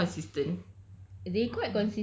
are they constant tu or are they consistent